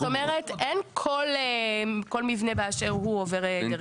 זאת אומרת אין כל מבנה באשר הוא עובר.